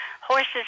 horses